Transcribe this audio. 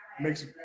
makes